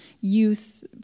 use